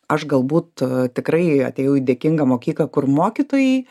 aš galbūt tikrai atėjau į dėkingą mokyklą kur mokytojai